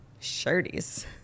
shirties